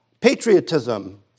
patriotism